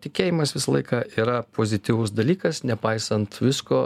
tikėjimas visą laiką yra pozityvus dalykas nepaisant visko